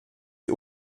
die